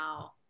Wow